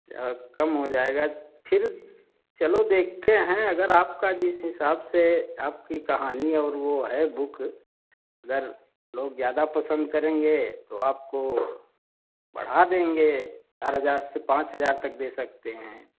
चा कम हो जाएगा फिर चलो देखते हैं अगर आपका जिस हिसाब से आपकी कहानी और वह है बुक अगर लोग ज़्यादा पसंद करेंगे तो आपको बढ़ा देंगे चार हज़ार से पाँच हज़ार तक दे सकते हैं